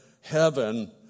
heaven